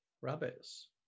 Rabbits